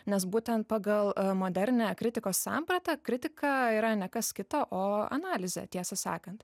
nes būtent pagal modernią kritikos sampratą kritika yra ne kas kita o analizė tiesą sakant